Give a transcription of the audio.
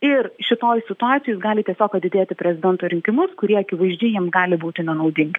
ir šitoj situacijoj jis gali tiesiog atidėti prezidento rinkimus kurie akivaizdžiai jiem gali būti nenaudingi